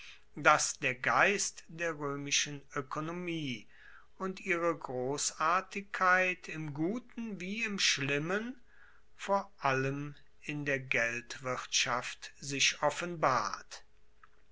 dass der geist der roemischen oekonomie und ihre grossartigkeit im guten wie im schlimmen vor allem in der geldwirtschaft sich offenbart